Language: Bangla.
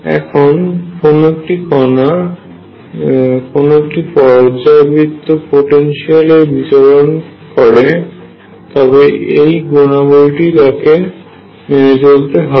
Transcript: এখন কোন একটি কণা যদি কোন একটি পর্যায়বৃত্ত পোটেনশিয়াল এ বিচলণ করে তবে এই ধর্মটি তাকে মেনে চলতে হবে